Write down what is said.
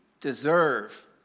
deserve